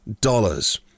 dollars